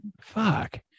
fuck